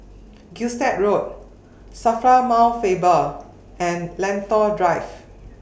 Gilstead Road SAFRA Mount Faber and Lentor Drive